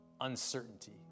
uncertainty